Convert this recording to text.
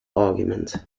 argument